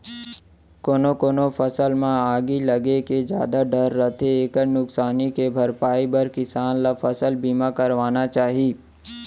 कोनो कोनो फसल म आगी लगे के जादा डर रथे एकर नुकसानी के भरपई बर किसान ल फसल बीमा करवाना चाही